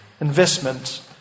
Investment